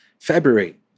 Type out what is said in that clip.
February